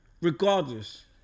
Regardless